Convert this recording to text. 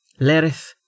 Lerith